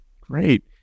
great